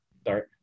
start